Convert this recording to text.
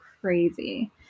crazy